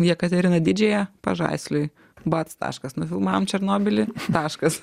jekateriną didžiąją pažaisliui bac taškas nufilmavom černobylį taškas